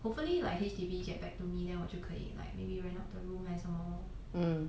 hopefully like H_D_B get back to me then 我就可以 like maybe rent out the room 还是什么 lor